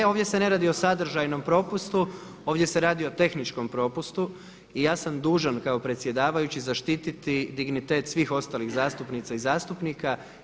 Ne ovdje se ne radi o sadržajnom propustu ovdje se radi o tehničkom propustu i ja sam dužan kao predsjedavajući zaštititi dignitet svih ostalih zastupnica i zastupnica.